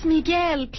Miguel